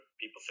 people